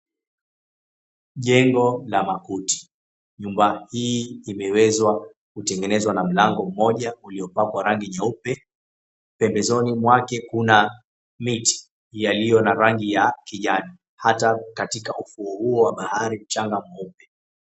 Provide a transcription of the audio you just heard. Jengo la makuti. Nyumba hii imeweza kutengenezwa na mlango moja uliopakwa rangi jeupe , pembezoni mwake kuna miti iliyo na rangi ya kijani hata katika ufuo huo wa bahari mchanga mweupe.